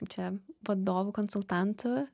čia vadovu konsultantu